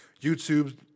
YouTube